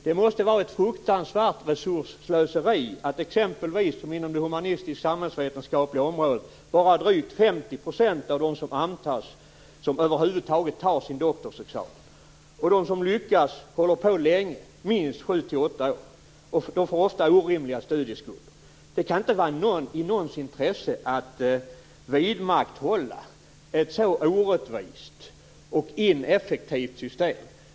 Det måste vara ett fruktansvärt resursslöseri när exempelvis bara drygt 50 % av dem som över huvud taget antas inom det humanistisk-samhällsvetenskapliga området tar sin doktorsexamen. De som lyckas håller på länge - minst 7-8 år. De får ofta orimliga studieskulder. Det kan inte ligga i någons intresse att vidmakthålla ett så orättvist och ineffektivt system.